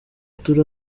turi